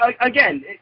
again